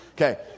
Okay